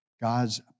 God's